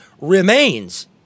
remains